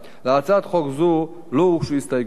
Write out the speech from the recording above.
להצעת חוק זו לא הוגשו הסתייגויות,